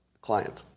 client